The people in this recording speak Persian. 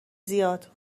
زیاد